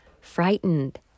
frightened